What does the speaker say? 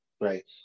Right